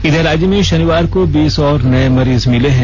इधर राज्य में शनिवार को बीस और नये मरीज मिले हैं